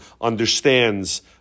understands